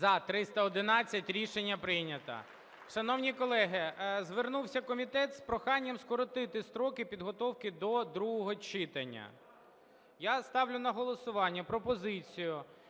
За – 311 Рішення прийнято. Шановні колеги, звернувся комітет з проханням скоротити строки підготовки до другого читання. Я ставлю на голосування пропозицію,